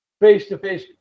face-to-face